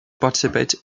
participate